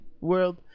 world